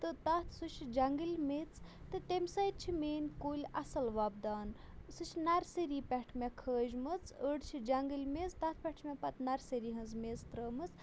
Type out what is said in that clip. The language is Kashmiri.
تہٕ تَتھ سُہ چھِ جَنٛگلۍ میٚژ تہٕ تمہِ سۭتۍ چھِ میٛٲنۍ کُلۍ اَصٕل وۄپدان سُہ چھِ نَرسٔری پٮ۪ٹھ مےٚ کھٲجمٕژ أڈۍ چھِ جنٛگلۍ میٚژ تَتھ پٮ۪ٹھ چھِ مےٚ پَتہٕ نرسٔری ہٕنٛز میٚژ ترٛٲمٕژ